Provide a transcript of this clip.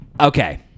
Okay